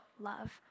love